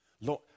Lord